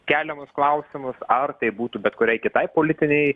keliamus klausimus ar tai būtų bet kuriai kitai politinei